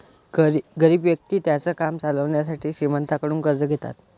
गरीब व्यक्ति त्यांचं काम चालवण्यासाठी श्रीमंतांकडून कर्ज घेतात